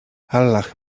allach